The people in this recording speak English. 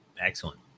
Excellent